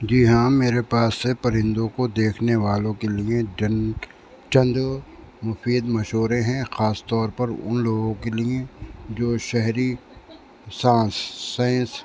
جی ہاں میرے پاس سے پرندوں کو دیکھنے والوں کے لیے جن چند مفید مشورے ہیں خاص طور پر ان لوگوں کے لیے جو شہری سانس سائنس